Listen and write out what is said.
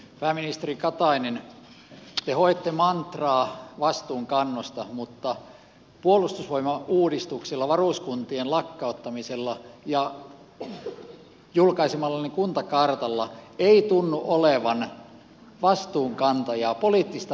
pääministeri katainen te hoette mantraa vastuunkannosta mutta puolustusvoimauudistuksella varuskuntien lakkauttamisella ja julkaisemallanne kuntakartalla ei tunnu olevan vastuunkantajaa poliittista vastuunkantajaa